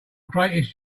greatest